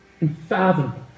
unfathomable